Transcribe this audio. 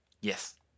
Yes